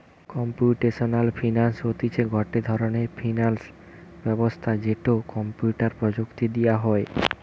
computational finance হতিছে গটে ধরণের ফিনান্স ব্যবস্থা যেটো কম্পিউটার প্রযুক্তি দিয়া হই